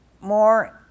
more